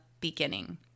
beginning